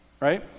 Right